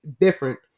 different